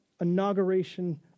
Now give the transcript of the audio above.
inauguration